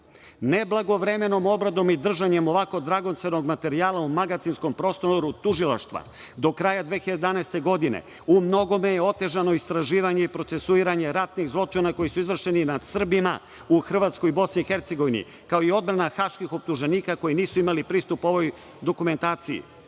izjavama. Neblagovremenom obradom i držanjem ovako dragocenog materijala u magacinskom prostoru tužilaštva do kraja 2011. godine u mnogome je otežano istraživanje i procesuiranje ratnih zločina koji su izvršeni nad Srbima u Hrvatskoj i Bosni i Hercegovini, kao i odbrana haških optuženika koji nisu imali pristup ovoj dokumentaciji.